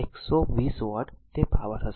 હશે તેથી 120 વોટ તે પાવર હશે